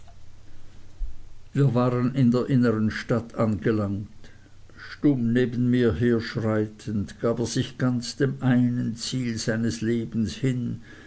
wir waren in der innern stadt angelangt stumm neben mir herschreitend gab er sich ganz dem einen ziel seines lebens hin